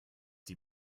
die